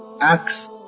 acts